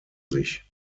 sich